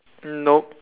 nope